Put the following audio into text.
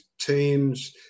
teams